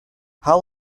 how